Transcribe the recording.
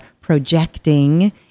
projecting